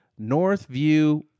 Northview